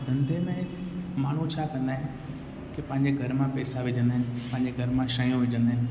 धंधे में माण्हू छा कंदा आहिनि की पंहिंजे घर मां पैसा विझंदा आहिनि पांजे घर मां शयूं विझंदा आहिनि